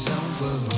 over